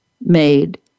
made